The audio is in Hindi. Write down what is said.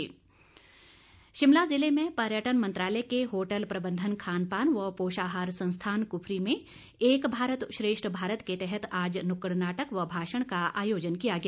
एक भारत श्रेष्ठ भारत शिमला ज़िले में पर्यटन मंत्रालय के होटल प्रबंधन खानपान व पोषाहार संस्थान कुफरी में एक भारत श्रेष्ठ भारत के तहत आज नुक्कड़ नाटक व भाषण का आयोजन किया गया